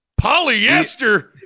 Polyester